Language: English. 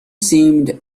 seemed